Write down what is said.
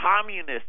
communist